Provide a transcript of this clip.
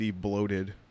bloated